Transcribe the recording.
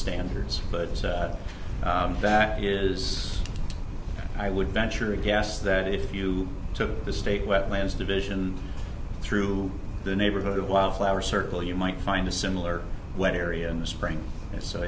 standards but that is i would venture a guess that if you took the state wetlands division through the neighborhood of wildflower circle you might find a similar wet area in the spring and